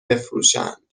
بفروشند